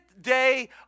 day